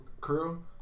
crew